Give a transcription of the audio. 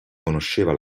conosceva